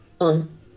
On